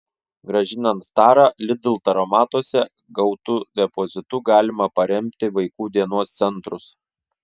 grąžinant tarą lidl taromatuose gautu depozitu galima paremti vaikų dienos centrus